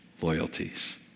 loyalties